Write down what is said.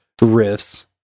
riffs